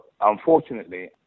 unfortunately